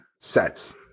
sets